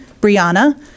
Brianna